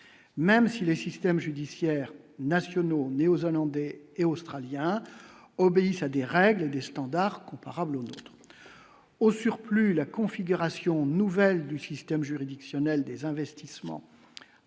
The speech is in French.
même si les systèmes judiciaires nationaux Néozélandais et Australiens obéissent à des règles, des standards comparable au surplus la configuration nouvelle du système juridictionnel des investissements